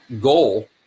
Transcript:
goal